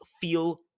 feel